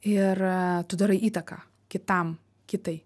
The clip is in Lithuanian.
ir tu darai įtaką kitam kitai